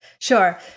Sure